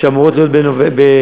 שאמורות להיות באוקטובר,